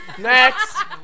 Next